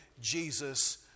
Jesus